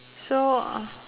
so uh